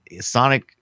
sonic